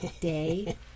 Day